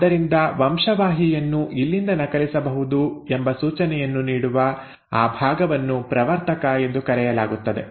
ಆದ್ದರಿಂದ ವಂಶವಾಹಿಯನ್ನು ಇಲ್ಲಿಂದ ನಕಲಿಸಬಹುದು ಎಂಬ ಸೂಚನೆಯನ್ನು ನೀಡುವ ಆ ಭಾಗವನ್ನು ಪ್ರವರ್ತಕ ಎಂದು ಕರೆಯಲಾಗುತ್ತದೆ